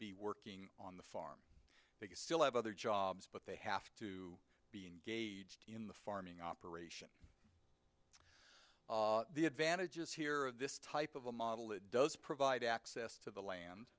be working on the farm they still have other jobs but they have to be engaged in the farming operation the advantages here of this type of a model that does provide access to the